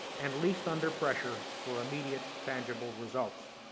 and least under pressure for immediate tangible results.